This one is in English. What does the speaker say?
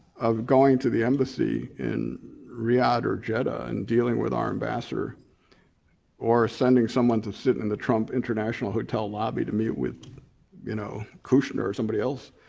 of going to the embassy in riyadh or jeddah and dealing with our ambassador or sending someone to sit in the trump international hotel lobby to meet with you know kushner or somebody else,